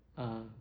err